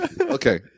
Okay